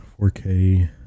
4k